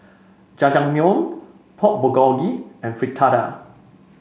Jajangmyeon Pork Bulgogi and Fritada